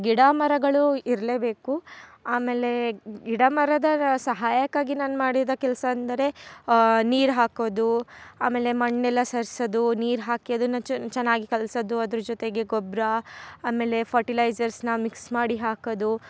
ಗಿಡ ಮರಗಳು ಇರಲೇಬೇಕು ಆಮೇಲೆ ಗಿಡ ಮರದ ಸಹಾಯಕ್ಕಾಗಿ ನಾನು ಮಾಡಿದ ಕೆಲಸ ಅಂದರೆ ನೀರು ಹಾಕೋದು ಆಮೇಲೆ ಮಣ್ಣು ಎಲ್ಲ ಸರ್ಸೋದು ನೀರು ಹಾಕಿ ಅದನ್ನ ಚೆನ್ನಾಗಿ ಕಲ್ಸೋದು ಅದ್ರ ಜೊತೆಗೆ ಗೊಬ್ಬರ ಆಮೇಲೆ ಫರ್ಟಿಲೈಜರ್ಸ್ನ ಮಿಕ್ಸ್ ಮಾಡಿ ಹಾಕೋದು